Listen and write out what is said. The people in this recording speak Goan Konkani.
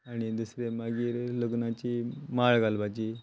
आनी दुसरें मागीर लग्नाची माळ घालपाची